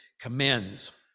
commends